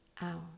out